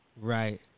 Right